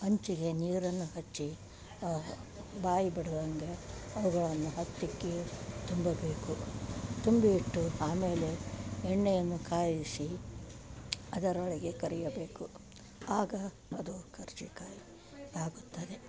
ಅಂಚಿಗೆ ನೀರನ್ನು ಹಚ್ಚಿ ಬಾಯಿ ಬಿಡದಂಗೆ ಅವುಗಳನ್ನು ಹತ್ತಿಕ್ಕಿ ತುಂಬಬೇಕು ತುಂಬಿ ಇಟ್ಟು ಆಮೇಲೆ ಎಣ್ಣೆಯನ್ನು ಕಾಯಿಸಿ ಅದರೊಳಗೆ ಕರಿಯಬೇಕು ಆಗ ಅದು ಕರ್ಜೆ ಕಾಯಿ ಆಗುತ್ತದೆ